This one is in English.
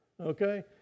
okay